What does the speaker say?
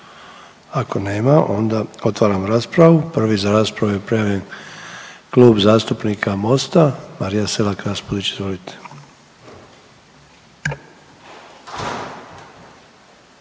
Ako nema onda otvaram raspravu. Prvi za raspravu je prijavljen Klub zastupnika MOST-a, Marija Selak Raspudić. Izvolite.